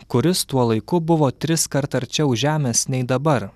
kuris tuo laiku buvo triskart arčiau žemės nei dabar